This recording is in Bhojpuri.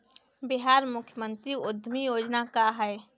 बिहार मुख्यमंत्री उद्यमी योजना का है?